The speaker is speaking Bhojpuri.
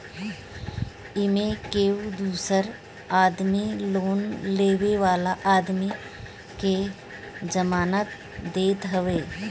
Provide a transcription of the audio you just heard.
एमे केहू दूसर आदमी लोन लेवे वाला आदमी के जमानत देत हवे